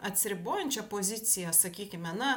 atsiribojančią poziciją sakykime na